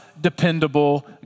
dependable